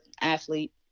athlete